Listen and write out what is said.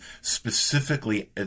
specifically